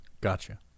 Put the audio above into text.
Gotcha